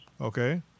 Okay